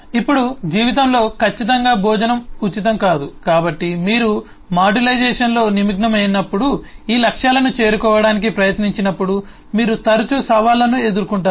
ఇప్పుడు జీవితంలో ఖచ్చితంగా భోజనం ఉచితం కాదు కాబట్టి మీరు మాడ్యులైజేషన్లో నిమగ్నమైనప్పుడు ఈ లక్ష్యాలను చేరుకోవడానికి ప్రయత్నించినప్పుడు మీరు తరచూ సవాళ్లను ఎదుర్కొంటారు